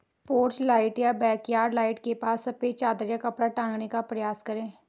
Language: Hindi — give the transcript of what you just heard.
पोर्च लाइट या बैकयार्ड लाइट के पास सफेद चादर या कपड़ा टांगने का प्रयास करें